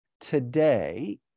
Today